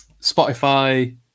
Spotify